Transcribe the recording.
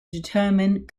determine